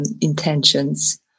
intentions